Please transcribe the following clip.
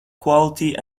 quality